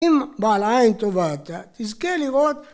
‫אם בא בעל עין טובה אתה, תזכה לראות ...